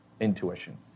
intuition